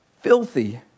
filthy